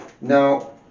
Now